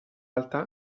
alta